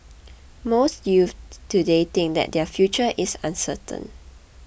most youths today think that their future is uncertain